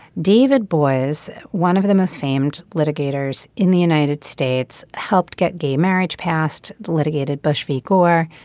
david boies one of the most famed litigators in the united states helped get gay marriage passed litigated bush v. gore.